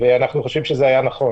אנחנו גם חושבים שזה היה נכון